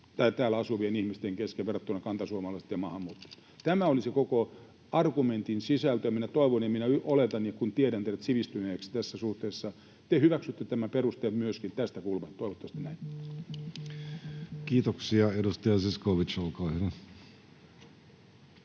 täällä asuvien ihmisten kesken, verrattuina kantasuomalaiset ja maahanmuuttajat. Tämä oli se koko argumentin sisältö, ja toivon ja oletan, kun tiedän teidät sivistyneeksi tässä suhteessa, että te hyväksytte tämän perusteen myöskin tästä kulmasta. Toivottavasti näin. [Speech 159] Speaker: Jussi Halla-aho